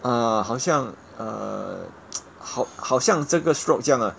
ah 好像 err 好好像这个 stroke 这样 ah